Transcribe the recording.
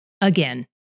Again